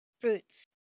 Fruits